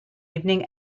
evening